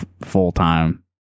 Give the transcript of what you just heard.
full-time